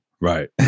right